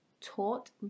taught